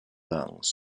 lungs